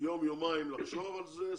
יום יומיים לחשוב על זה,